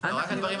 זה הכל.